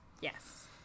Yes